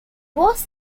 was